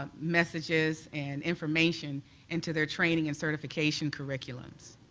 ah messages and information into their training and certification curriculums.